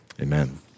amen